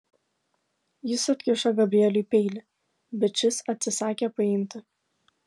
jis atkišo gabrieliui peilį bet šis atsisakė paimti